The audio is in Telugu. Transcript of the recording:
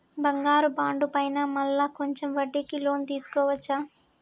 బంగారు బాండు పైన మళ్ళా కొంచెం వడ్డీకి లోన్ తీసుకోవచ్చా?